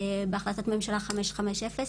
בהחלטת ממשלה מס' 550,